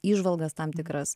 įžvalgas tam tikras